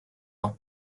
ans